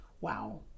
wow